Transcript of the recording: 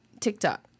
TikTok